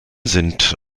sind